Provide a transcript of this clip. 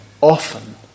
often